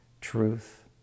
truth